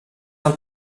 del